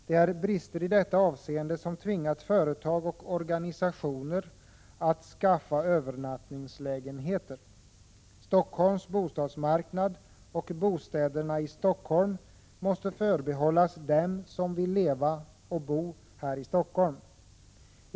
Det är brister i detta avseende som tvingat företag och organisationer att skaffa övernattningslägenheter. Stockholms bostadsmarknad och bostäderna i Stockholm måste förbehållas dem som vill leva och bo i Stockholm.